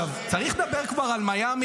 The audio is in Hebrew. אגב, אתה גם המצאת את ה-USB.